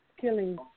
Killing